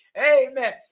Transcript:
Amen